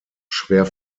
schwer